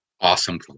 Awesome